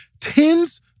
tens